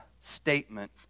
statement